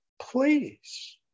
please